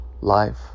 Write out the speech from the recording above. Life